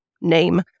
name